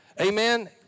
Amen